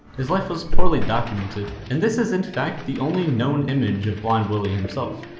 his life was poorly documented and this is in fact the only known image of blind willie in himself.